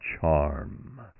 charm